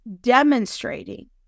demonstrating